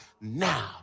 now